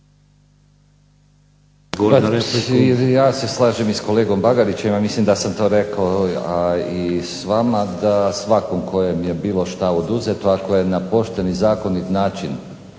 Ja se slažem i s kolegom Bagarićem a i s vama da svakom kome je bilo što oduzeto ako je na pošten i zakonit način